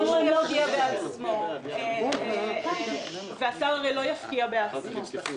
השר יכול להפקיע בעצמו, והוא הרי לא יפקיע בעצמו.